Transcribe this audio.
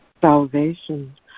Salvation